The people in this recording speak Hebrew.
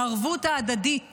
הערבות ההדדית